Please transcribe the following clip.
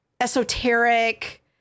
esoteric